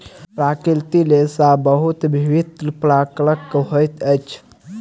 प्राकृतिक रेशा बहुत विभिन्न प्रकारक होइत अछि